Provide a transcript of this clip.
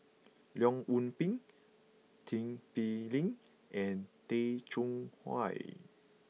Leong Yoon Pin Tin Pei Ling and Tay Chong Hai